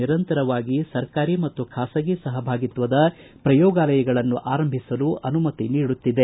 ನಿರಂತರವಾಗಿ ಸರ್ಕಾರಿ ಮತ್ತು ಖಾಸಗಿ ಸಹಭಾಗಿತ್ವದ ಪ್ರಯೋಗಾಲಯಗಳನ್ನು ಆರಂಭಿಸಲು ಅನುಮತಿ ನೀಡುತ್ತಿದೆ